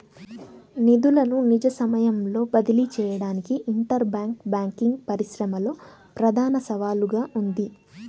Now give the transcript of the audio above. నిధులను నిజ సమయంలో బదిలీ చేయడానికి ఇంటర్ బ్యాంక్ బ్యాంకింగ్ పరిశ్రమలో ప్రధాన సవాలుగా ఉంది